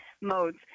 modes